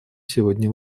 сегодня